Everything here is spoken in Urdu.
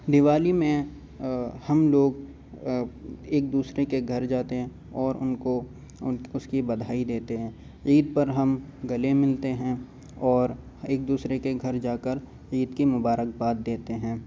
دیوالی میں ہم لوگ ایک دوسرے کے گھر جاتے ہیں اور ان کو ان اس کی بدھائی دیتے ہیں عید پر ہم گلے ملتے ہیں اور ایک دوسرے کے گھر جاکر عید کی مبارکباد دیتے ہیں